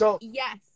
Yes